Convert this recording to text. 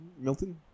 Milton